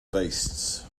beasts